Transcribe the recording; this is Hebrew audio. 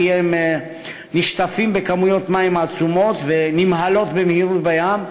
כי הם נשטפים בכמויות מים עצומות שנמהלות במהירות בים.